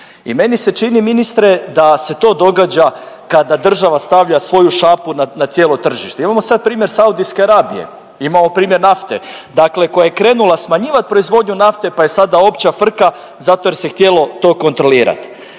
I meni se čini ministre da se to događa kada država stavlja svoju šapu na cijelo tržište. Imamo sad primjer Saudijske Arabije, imamo primjer nafte dakle koja je krenula smanjivat proizvodnju nafte pa je sada opća frka zato jer se htjelo to kontrolirati.